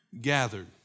gathered